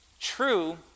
true